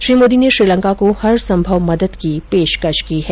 श्री मोदी ने श्रीलंका को हरसंभव मदद की पेशकश की है